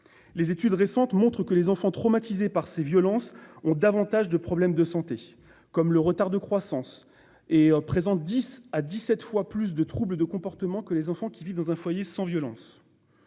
Les études récentes montrent que les enfants traumatisés par ces violences ont davantage de problèmes de santé, comme des retards de croissance, et qu'ils présentent dix à dix-sept fois plus de troubles du comportement que les enfants qui vivent dans un foyer sans violence.